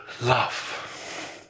love